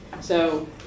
So-